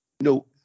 No